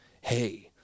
hey